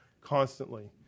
Constantly